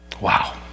wow